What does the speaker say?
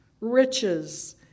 riches